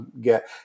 get